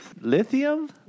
Lithium